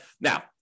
Now